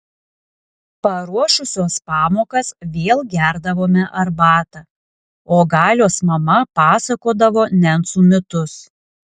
paruošusios pamokas vėl gerdavome arbatą o galios mama pasakodavo nencų mitus